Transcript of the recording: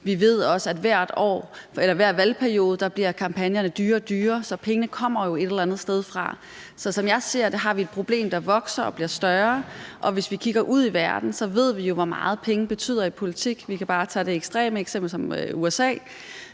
Vi ved også, at for hver valgperiode bliver kampagnerne dyrere og dyrere, så pengene kommer jo et eller andet sted fra. Så som jeg ser det, har vi et problem, der vokser og bliver større, og hvis vi kigger ud i verden, ved vi jo, hvor meget penge betyder i politik. Vi kan bare tage det ekstreme eksempel som USA.